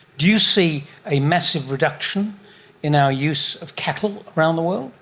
do you see a massive reduction in our use of cattle around the world?